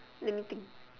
let me think